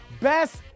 best